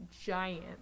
giant